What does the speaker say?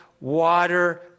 water